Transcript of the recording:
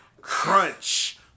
crunch